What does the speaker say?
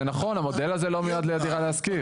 זה נכון, המודל הזה לא מיועד לדירה להשכיר.